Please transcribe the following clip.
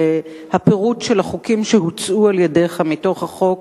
והפירוט של החוקים שהוצאו על-ידך מתוך החוק,